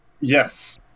Yes